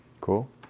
Cool